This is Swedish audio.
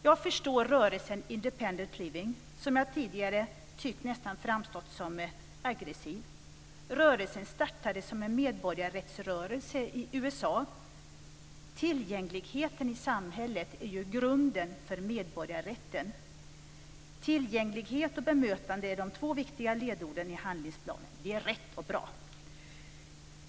Jag förstår rörelsen Independent Living, som jag tidigare tyckte framstod som aggressiv. Rörelsen startade som en medborgarrättsrörelse i USA. Tillgängligheten i samhället är ju grunden för medborgarrätten. Tillgänglighet och bemötande är de två viktiga ledorden i handlingsplanen. Det är rätt och bra!